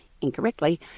incorrectly